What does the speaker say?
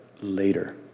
later